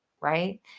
right